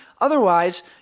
Otherwise